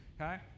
okay